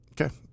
Okay